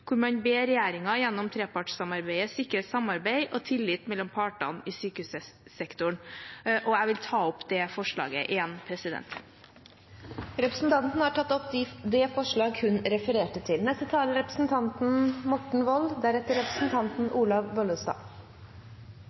hvor man ber regjeringen «gjennom trepartssamarbeidet sikre samarbeid og tillit mellom partene i sykehussektoren». Jeg vil ta opp det forslaget. Representanten Ingvild Kjerkol har tatt opp det forslaget hun refererte til. La det ikke være noen tvil: Ansatte og deres kompetanse er